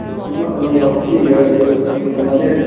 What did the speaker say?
ꯑꯅꯤ ꯑꯍꯨꯝꯗꯤ ꯌꯥꯏ ꯑꯗꯨ ꯋꯤꯛ ꯑꯃꯗꯤ